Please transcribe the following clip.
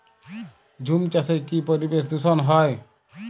ঝুম চাষে কি পরিবেশ দূষন হয়?